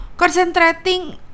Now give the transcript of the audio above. Concentrating